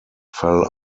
fell